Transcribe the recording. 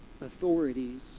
authorities